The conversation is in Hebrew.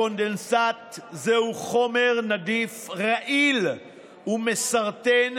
הקונדנסט זהו חומר נדיף, רעיל ומסרטן,